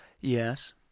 Yes